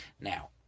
Now